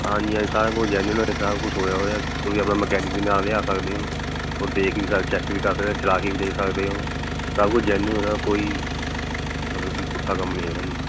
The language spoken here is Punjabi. ਹਾਂਜੀ ਹਾਂਜੀ ਸਾਰਾ ਕੁਛ ਜੈਨੂਅਨ ਹੈ ਸਾਰਾ ਕੁਛ ਹੋਇਆ ਹੋਇਆ ਤੁਸੀਂ ਆਪਣਾ ਮਕੈਨਿਕ ਵੀ ਨਾਲ ਲਿਆ ਸਕਦੇ ਹੋ ਔਰ ਦੇਖ ਵੀ ਸਕਦੇ ਚੈੱਕ ਵੀ ਕਰ ਸਕਦੇ ਹੋ ਚਲਾ ਕੇ ਵੀ ਦੇਖ ਸਕਦੇ ਹੋ ਸਭ ਕੁਛ ਜੈਨੁਅਨ ਹੈ ਕੋਈ ਮਤਲਬ ਕਿ ਪੁੱਠਾ ਕੰਮ ਨਹੀਂ ਹੈਗਾ ਜੀ